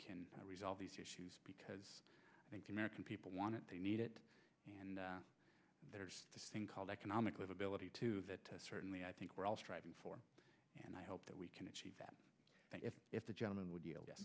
can resolve these issues because i think the american people want it they need it and there's this thing called economic livability too that certainly i think we're all striving for and i hope that we can achieve that if the gentleman w